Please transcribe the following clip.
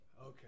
okay